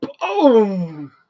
Boom